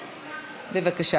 בבקשה,